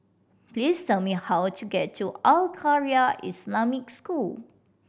please tell me how to get to Al Khairiah Islamic School